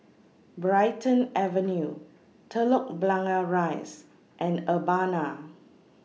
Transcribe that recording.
Brighton Avenue Telok Blangah Rise and Urbana